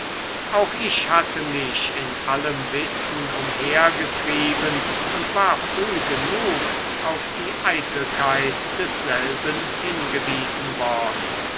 auch ich hatte mich in allem wissen umhergetrieben und war früh genug auf die eitelkeit desselben hingewiesen worden